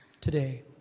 today